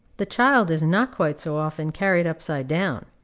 the child is not quite so often carried upside down.